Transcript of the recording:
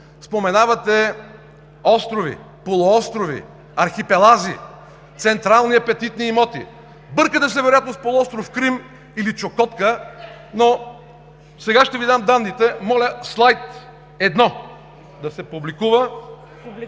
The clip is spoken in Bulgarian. споменавате острови, полуострови, архипелази, централни апетитни имоти – бъркате се вероятно с полуостров Крим или Чукотка, но сега ще Ви дам данните. (Шум, смях.) Моля, слайд 1 да се публикува,